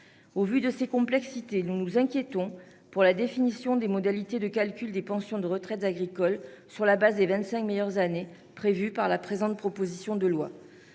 Au vu de ces complexités, nous nous inquiétons pour la définition des modalités de calcul des pensions de retraite agricole sur la base des vingt-cinq meilleures années que prévoit la présente proposition de loi.